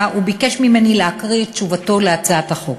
וביקש ממני להקריא את תשובתו להצעת החוק.